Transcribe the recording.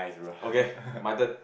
okay my turn